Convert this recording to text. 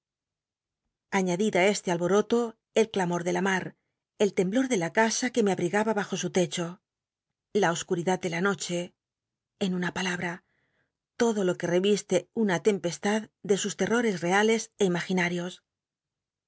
añadid á este alboroto el clamor de la mar el temblor de la casa que me abrigaba bajo su techo la o cul'idad de la noche en una palabra lodo lo que reviste una tem pestad de sus terrores reales é imaginarios